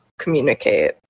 communicate